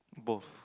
both